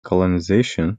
colonization